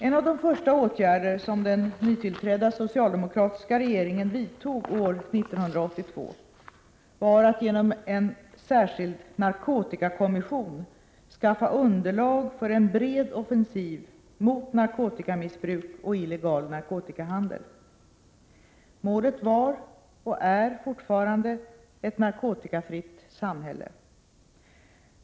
En av de första åtgärder som den nytillträdda socialdemokratiska regeringen vidtog år 1982 var att genom en särskild narkotikakommission skaffa underlag för en bred offensiv mot narkotikamissbruk och illegal narkotikahandel. Målet var och är fortfarande ett narkotikafritt samhälle.